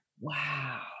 Wow